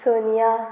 Sonia